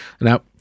Now